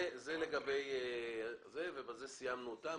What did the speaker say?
זה לגבי זה ובזה סיימנו את הנושא הזה.